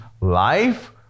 life